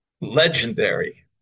legendary